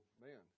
man